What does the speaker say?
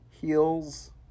heels